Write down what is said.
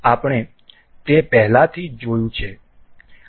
આપણે તે પહેલાથી જ જોયું છે